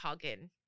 Hagen